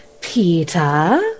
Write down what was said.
Peter